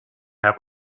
have